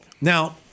Now